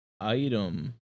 item